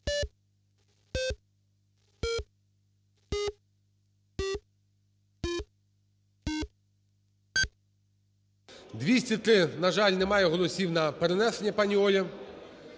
За-203 На жаль, немає голосів на перенесення, пані Оля.